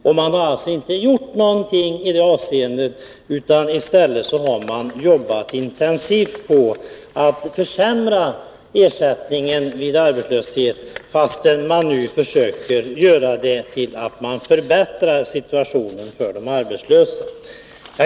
Regeringen har alltså inte gjort någonting i det avseendet, utan man har i stället jobbat intensivt på att försämra ersättningen vid arbetslöshet, fastän man nu försöker få det till att man förbättrar situationen för de arbetslösa.